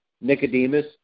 Nicodemus